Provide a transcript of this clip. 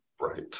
Right